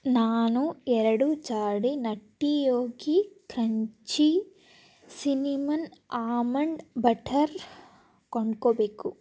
ನಾನು ಎರಡು ಜಾಡಿ Nutty Yogi crunchy cinnamon almond butter ಕೊಂಡ್ಕೊಳ್ಬೇಕು